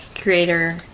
creator